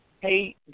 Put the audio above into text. hey